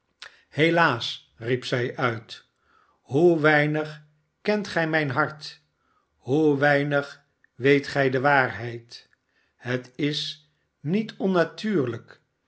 helaas riep zij uit hoe weinig kent gij mijn hart hoe weinig weet gij de waarheid het is niet onnatuurlijk